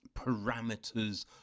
Parameters